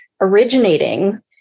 originating